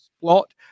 plot